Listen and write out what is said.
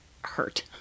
hurt